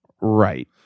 Right